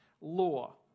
law